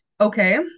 Okay